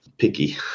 picky